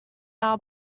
hour